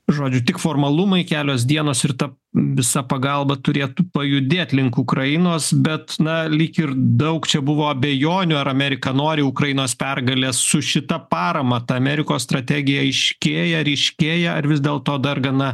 žodžiu tik formalumai kelios dienos ir ta visa pagalba turėtų pajudėt link ukrainos bet na lyg ir daug čia buvo abejonių ar amerika nori ukrainos pergalės su šita parama ta amerikos strategija aiškėja ryškėja ar vis dėlto dar gana